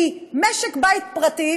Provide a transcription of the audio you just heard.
כי אם משק-בית פרטי